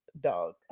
dog